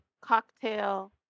cocktail